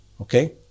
Okay